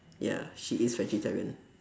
ya she is vegetarian